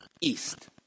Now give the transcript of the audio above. East